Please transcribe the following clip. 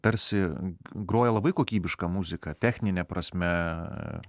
tarsi groja labai kokybišką muziką technine prasme